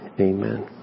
Amen